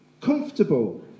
comfortable